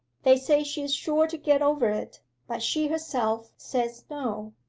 they say she is sure to get over it but she herself says no.